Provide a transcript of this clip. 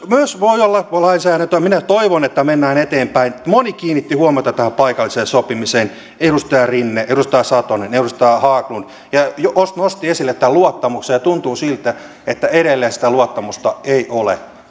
myös lainsäädäntöä minä toivon että mennään eteenpäin moni kiinnitti huomiota tähän paikalliseen sopimiseen edustaja rinne edustaja satonen edustaja haglund ja nosti esille tämän luottamuksen ja tuntuu siltä että edelleenkään sitä luottamusta ei ole